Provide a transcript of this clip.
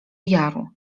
jaru